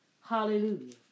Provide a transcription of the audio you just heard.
Hallelujah